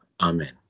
Amen